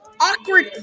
awkward